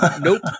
Nope